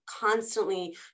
constantly